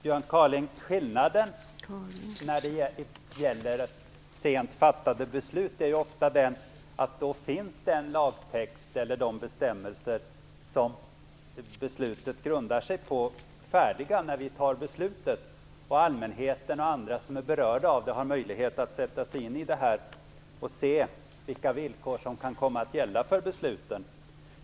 Fru talman! Skillnaden, Björn Kaaling, när det gäller sent fattade beslut är att då finns ofta den lagtext eller de bestämmelser som beslutet grundar sig på färdiga när vi tar beslut. Allmänheten och andra som är berörda har möjlighet att sätta sig in i detta och se vilka villkor som kan komma att gälla för besluten.